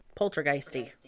Poltergeisty